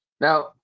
Now